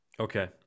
Okay